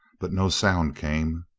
but no sound came.